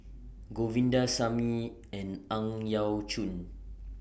Govindasamy and Ang Yau Choon